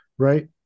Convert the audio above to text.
Right